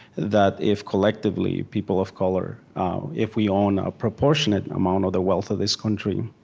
that if, collectively, people of color if we own a proportionate amount of the wealth of this country,